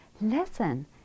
listen